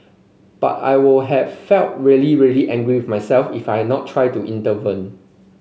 but I would have felt really really angry with myself if I not tried to intervene